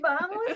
vamos